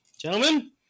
gentlemen